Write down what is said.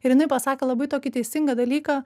ir jinai pasakė labai tokį teisingą dalyką